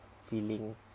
feeling